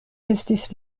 estis